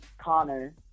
Connor